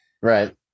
right